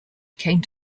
came